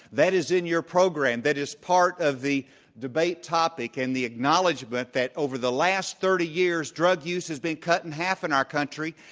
that is in your program. that is part of the debate topic and the acknowledgment that, over the last thirty years, drug use has been cut in half in our country.